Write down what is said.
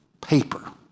paper